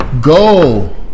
go